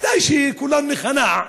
כדאי שכולנו ניכנע,